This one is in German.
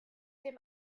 dem